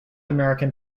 american